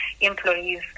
employees